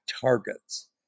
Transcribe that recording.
targets